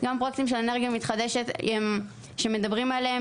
גם פרויקטים של אנרגיה מתחדשת שמדברים עליהם,